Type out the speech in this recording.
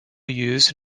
used